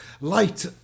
Light